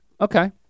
okay